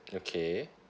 okay